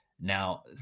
Now